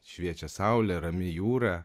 šviečia saulė rami jūra